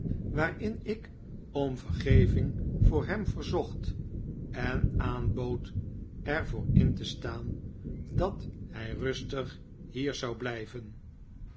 waarin ik om vergeving voor hem verzocht en aanbood er voor in te staan dat hij rustig hier zou blijven